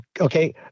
Okay